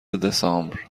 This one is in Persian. دسامبر